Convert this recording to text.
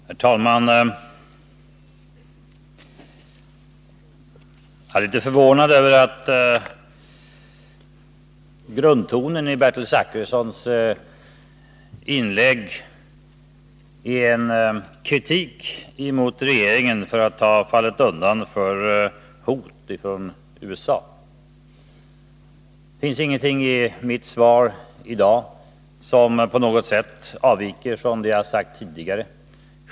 Herr talman! Jag är litet förvånad över att grundtonen i Bertil Zachrissons inlägg är en kritik mot regeringen för att denna skulle ha fallit undan för hot från USA. Det finns ingenting i mitt svar i dag som på något sätt avviker från det jag tidigare sagt.